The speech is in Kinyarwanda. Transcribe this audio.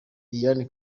liliane